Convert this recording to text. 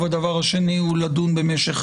והדבר השני הוא לדון במשך